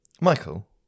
Michael